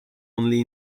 only